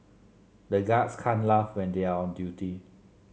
the guards can't laugh when they are on duty